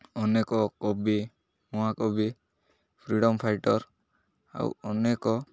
ଅନେକ କବି ନୂଆ କବି ଫ୍ରିଡ଼ମ୍ ଫାଇଟର୍ ଆଉ ଅନେକ